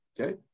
Okay